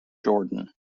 jordan